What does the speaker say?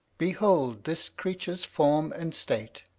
behold this creature's form and state!